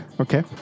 Okay